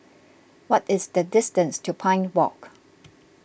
what is the distance to Pine Walk